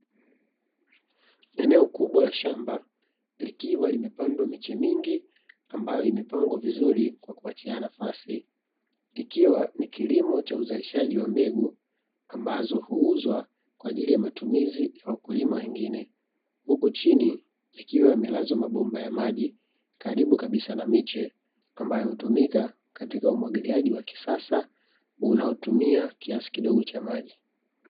Eneo kubwa la shamba, likiwa limepandwa miche mingi ambayo imepangwa vizuri kwa kuachiana nafasi, ikiwa ni kilimo cha uzalishaji wa mbegu ambazo huuzwa kwaajili ya matumizi ya wakulima wengine, huku chini yakiwa yamelazwa mabomba ya maji, karibu kabisa na miche ,ambayo hutumika katika umwagiliaji wa kisasa, unaotumia kiasi kidogo cha maji.